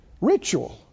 ritual